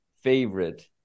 favorite